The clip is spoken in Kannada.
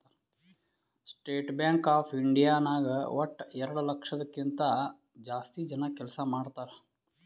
ಸ್ಟೇಟ್ ಬ್ಯಾಂಕ್ ಆಫ್ ಇಂಡಿಯಾ ನಾಗ್ ವಟ್ಟ ಎರಡು ಲಕ್ಷದ್ ಕಿಂತಾ ಜಾಸ್ತಿ ಜನ ಕೆಲ್ಸಾ ಮಾಡ್ತಾರ್